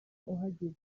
uhageze